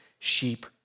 sheep